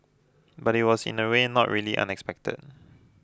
but it was in a way not really unexpected